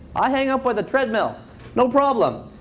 i hang out by the treadmill no problem.